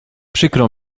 przykro